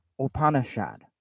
Upanishad